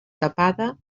tapada